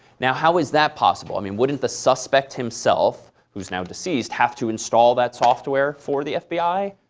now, how is that possible? i mean wouldn't the suspect himself, who is now deceased, have to install that software for the fbi?